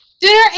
Dinner